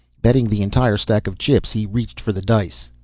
betting the entire stack of chips he reached for the dice.